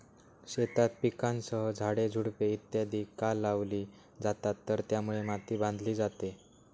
शेतात पिकांसह झाडे, झुडपे इत्यादि का लावली जातात तर त्यामुळे माती बांधली जाते